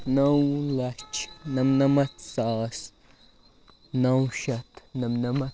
نَو لَچھ نَمنَمَتھ ساس نَو شیٚتھ نَمنَمَتھ